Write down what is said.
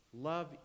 love